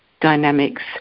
dynamics